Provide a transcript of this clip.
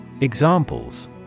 Examples